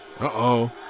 Uh-oh